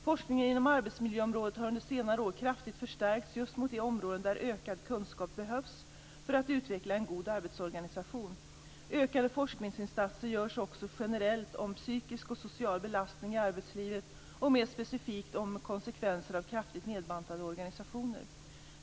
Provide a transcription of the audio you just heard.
Forskningen inom arbetsmiljöområdet har under senare år kraftigt förstärkts just mot de områden där ökad kunskap behövs för att utveckla en god arbetsorganisation. Ökade forskningsinsatser görs också generellt om psykisk och social belastning i arbetslivet och mer specifikt om konsekvenser av kraftigt nedbantade organisationer.